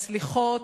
מצליחות,